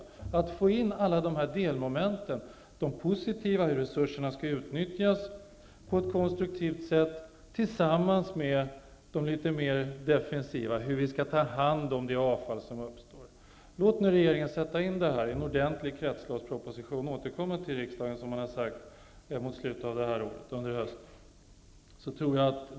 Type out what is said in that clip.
Det gäller att få in alla dessa delmoment: de positiva, dvs. hur resurserna skall utnyttjas på ett konstruktivt sätt, och de litet mer defensiva, dvs. hur vi skall ta hand om det avfall som uppstår. Låt regeringen sätta in detta i en ordentlig kretsloppsproposition och återkomma till riksdagen under hösten, mot slutet av detta år, som man har sagt.